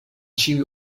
ĉiuj